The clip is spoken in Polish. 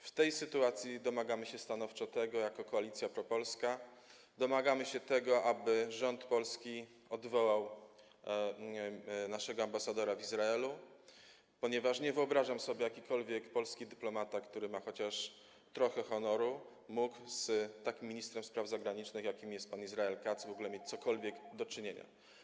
W tej sytuacji stanowczo jako Koalicja Propolska domagamy się tego, aby rząd polski odwołał naszego ambasadora w Izraelu, ponieważ nie wyobrażam sobie, aby jakikolwiek polski dyplomata, który ma chociaż trochę honoru, mógł z takim ministrem spraw zagranicznych, jakim jest pan Israel Katz, w ogóle mieć cokolwiek do czynienia.